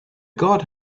god